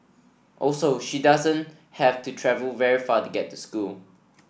also she doesn't have to travel very far to get to school